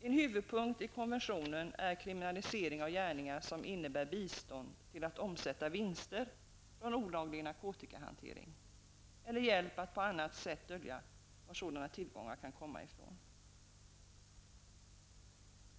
En huvudpunkt i konventionen är kriminaliseringen av gärningar som innebär bistånd till att omsätta vinster från olaglig narkotikahantering eller hjälp att på annat sätt dölja vad sådana tillgångar kan komma från.